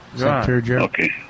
Okay